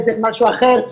איזה משהו אחר,